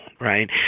right